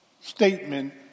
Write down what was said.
Statement